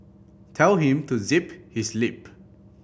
tell him to zip his lip